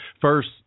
First